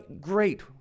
great